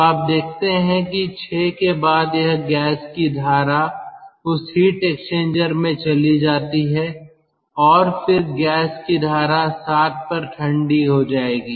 तो आप देखते हैं कि 6 के बाद यह गैस की धारा उस हीट एक्सचेंजर में चली जाती है और फिर गैस की धारा 7 पर ठंडी हो जाएगी